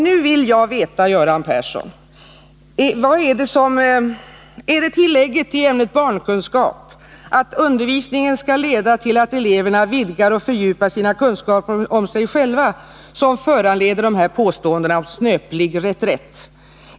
Nu vill jag veta, Göran Persson: Är det tillägget i ämnet barnkunskap att ”undervis ningen skall leda till att eleverna vidgar och fördjupar sina kunskaper om sig själva” som föranleder de här påståendena om snöplig reträtt?